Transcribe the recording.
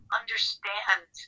understand